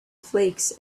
flakes